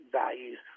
values